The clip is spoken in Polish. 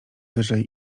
wyżej